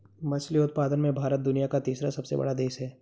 मछली उत्पादन में भारत दुनिया का तीसरा सबसे बड़ा देश है